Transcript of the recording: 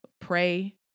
Pray